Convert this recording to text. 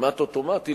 כמעט אוטומטי,